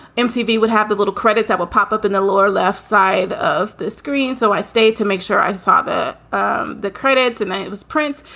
mtv would have a little credit that would pop up in the lower left side of the screen. so i stayed to make sure i saw the um the credits and it was prince.